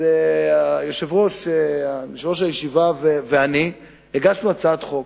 אז יושב-ראש הישיבה ואני הגשנו הצעת חוק,